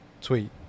tweet